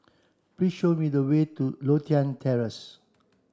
please show me the way to Lothian Terrace